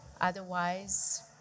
otherwise